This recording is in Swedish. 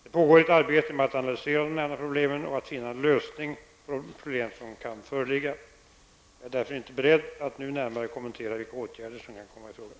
Det pågår ett arbete med att analysera de nämnda problemen och att finna en lösning på de problem som kan föreligga. Jag är därför inte beredd att nu närmare kommentera vilka åtgärder som kan komma i fråga.